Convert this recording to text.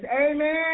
Amen